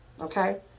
okay